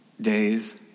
days